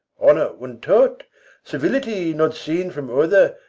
honour untaught, civility not seen from other,